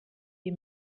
die